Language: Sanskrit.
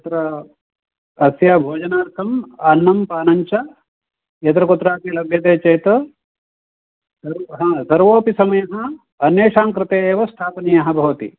तत्र अस्य भोजनार्थम् अन्नं पानं च यत्र कुत्रापि लभ्यते चेत् सर्वः हा सर्वोपि समयः अन्येषां कृते एव स्थापनीयः भवति